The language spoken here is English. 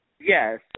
Yes